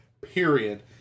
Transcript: period